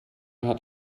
hat